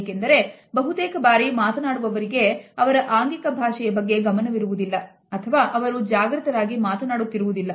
ಏಕೆಂದರೆ ಬಹುತೇಕ ಬಾರಿ ಮಾತನಾಡುವವರಿಗೆ ಅವರ ಆಂಗಿಕ ಭಾಷೆಯ ಬಗ್ಗೆ ಗಮನವಿರುವುದಿಲ್ಲ ಅಥವಾ ಅವರು ಜಾಗೃತರಾಗಿ ಮಾತನಾಡುತ್ತಿರುವುದಿಲ್ಲ